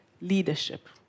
leadership